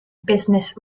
business